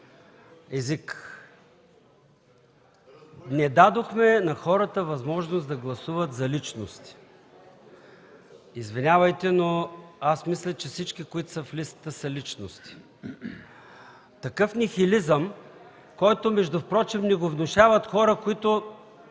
език – „не дадохме на хората възможност да гласуват за личности”. Извинявайте, но мисля, че всички, които са в листата, са личности. Такъв нихилизъм, който впрочем ни го внушават хора, които